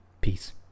Peace